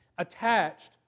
attached